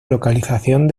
localización